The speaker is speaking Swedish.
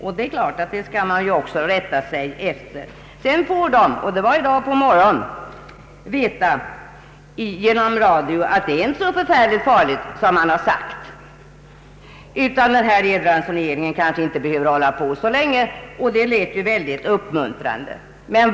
Det är klart att en sådan uppmaning skall man rätta sig efter. Sedan får människorna i dag på morgonen genom radion veta, att det inte är så förfärligt farligt som man har sagt. Elransoneringen kanske inte behöver pågå så länge, vilket låter väldigt uppmuntrande.